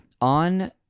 On